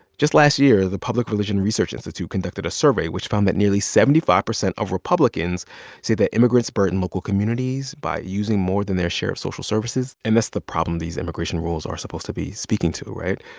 just last year, the public religion research institute conducted a survey which found that nearly seventy five percent of republicans say that immigrants burden local communities by using more than their share of social services, and that's the problem these immigration rules are supposed to be speaking to, right?